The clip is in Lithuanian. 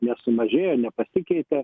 nesumažėjo nepasikeitė